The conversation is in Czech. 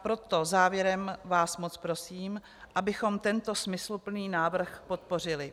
Proto vás závěrem moc prosím, abychom tento smysluplný návrh podpořili.